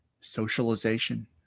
socialization